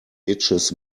itches